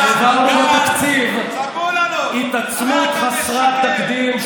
אנחנו העברנו בתקציב התעצמות חסרת תקדים,